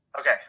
Okay